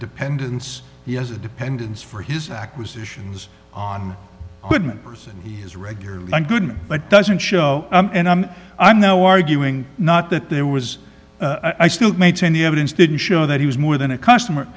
dependence he has a dependence for his acquisitions on goodman personally his regular goodman but doesn't show and i'm i'm now arguing not that there was i still maintain the evidence didn't show that he was more than a customer